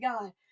God